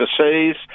overseas